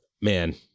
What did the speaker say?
Man